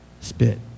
spit